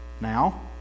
Now